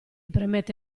premette